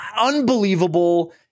unbelievable